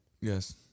yes